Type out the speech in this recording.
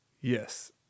Yes